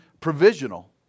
provisional